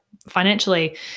financially